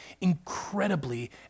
incredibly